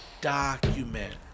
document